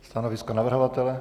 Stanovisko navrhovatele?